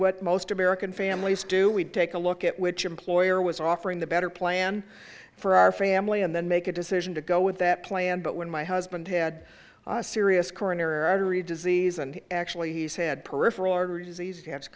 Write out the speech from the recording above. what most american families do we'd take a look at which employer was offering the better plan for our family and then make a decision to go with that plan but when my husband had a serious corner artery disease and actually he said peripheral arter